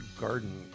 garden